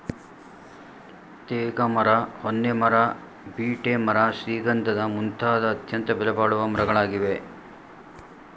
ತೇಗ ಮರ, ಹೊನ್ನೆ ಮರ, ಬೀಟೆ ಮರ ಶ್ರೀಗಂಧದ ಮುಂತಾದವು ಅತ್ಯಂತ ಬೆಲೆಬಾಳುವ ಮರಗಳಾಗಿವೆ